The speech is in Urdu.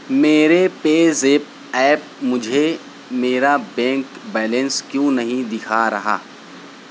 میرے پے زیپ ایپ مجھے میرا بینک بیلنس کیوں نہیں دکھا رہا